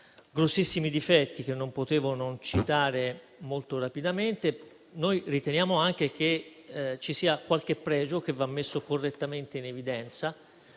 grossissimi difetti, che non potevo non citare molto rapidamente, riteniamo anche che ci sia qualche pregio che va messo correttamente in evidenza.